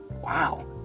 Wow